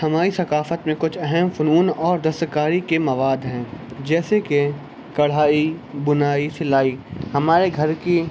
ہماری ثقافت میں کچھ اہم فنون اور دستکاری کے مواد ہیں جیسے کہ کڑھائی بنائی سلائی ہمارے گھر کی